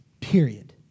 period